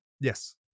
Yes